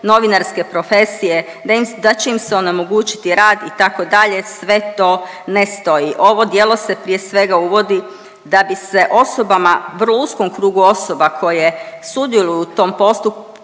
novinarske profesije, da će im se onemogućiti rad itd. sve to ne stoji. Ovo djelo se prije svega uvodi da bi se osobama vrlo uskom krugu osoba koje sudjeluju u tom postupku,